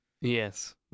Yes